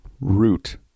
Root